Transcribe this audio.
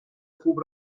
خوب